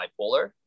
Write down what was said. bipolar